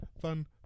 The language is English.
fun